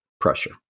pressure